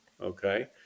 Okay